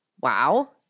Wow